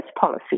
policy